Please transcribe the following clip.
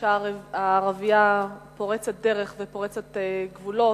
האשה הערבייה פורצת דרך ופורצת גבולות.